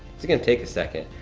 is gonna take a second,